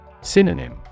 Synonym